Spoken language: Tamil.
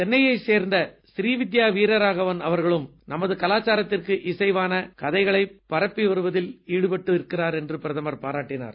சென்னையைச் சேர்ந்த ஸ்ரீவித்யா வீரராகவன் அவர்களும் நமது கலாச்சாரத்திற்கு இசைவான கதைகளைப் பரப்பி வருவதில் ஈடுபட்டிருக்கிறார் என்று பாராட்டினார்